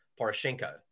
Poroshenko